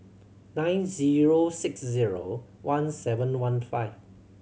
nine zero six zero one seven one five